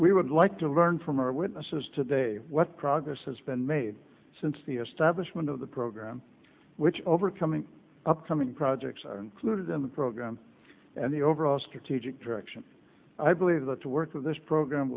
we would like to learn from our witnesses today what progress has been made since the establishment of the program which overcoming upcoming projects are included in the program and the overall strategic direction i believe that to work with this program